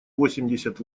восемьдесят